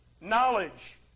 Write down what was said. knowledge